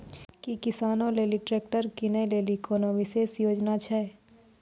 कि किसानो लेली ट्रैक्टर किनै लेली कोनो विशेष योजना छै?